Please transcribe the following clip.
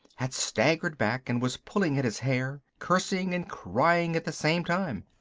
had staggered back and was pulling at his hair, cursing and crying at the same time.